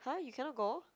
!huh! you cannot go